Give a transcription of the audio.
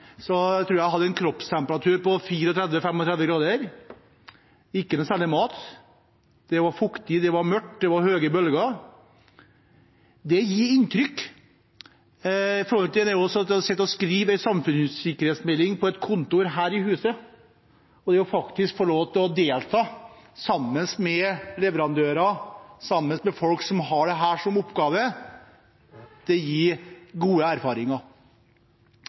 så mange som lå i 48 timer. Da vi ble hentet opp fra disse gummiflåtene, tror jeg jeg hadde en kroppstemperatur på 34–35 grader. Det var ikke noe særlig mat, det var fuktig, det var mørkt, det var høye bølger. Det gjorde inntrykk – i forhold til det å sitte og skrive en innstilling til en samfunnssikkerhetsmelding på et kontor her i huset. Det å få lov til å delta sammen med leverandører, sammen med folk som har dette som oppgave,